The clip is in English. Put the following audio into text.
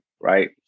right